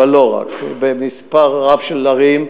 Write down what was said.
אבל לא רק, במספר רב של ערים,